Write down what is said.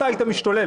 אתה היית משתולל.